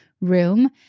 room